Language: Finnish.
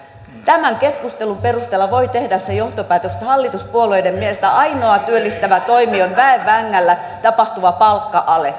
tämän keskustelun perusteella voi tehdä sen johtopäätöksen että hallituspuolueiden mielestä ainoa työllistävä toimi on väen vängällä tapahtuva palkka ale